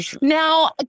Now